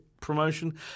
promotion